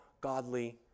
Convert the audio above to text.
godly